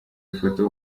ifoto